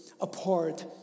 apart